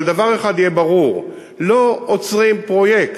אבל דבר אחד יהיה ברור, לא עוצרים פרויקט.